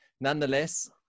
nonetheless